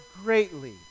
greatly